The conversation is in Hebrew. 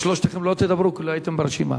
אז שלושתכם לא תדברו כי לא הייתם ברשימה.